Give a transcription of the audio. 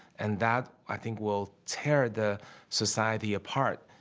and that, i think, will tear the society apart,